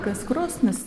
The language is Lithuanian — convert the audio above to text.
kas krosnis